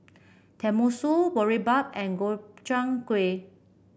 Tenmusu Boribap and Gobchang Gui